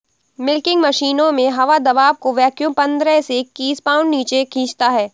milking मशीनों में हवा दबाव को वैक्यूम पंद्रह से इक्कीस पाउंड नीचे खींचता है